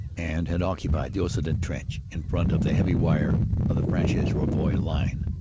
and had occupied the occident trench in front of the heavy wire of the fresnes-rouvroy line.